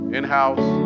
In-house